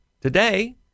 today